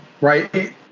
Right